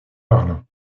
parlant